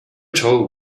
told